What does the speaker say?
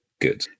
good